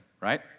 right